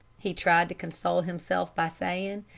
he tried to console himself by saying.